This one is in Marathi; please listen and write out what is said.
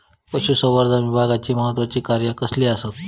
पशुसंवर्धन विभागाची महत्त्वाची कार्या कसली आसत?